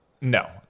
No